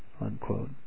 unquote